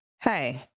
hey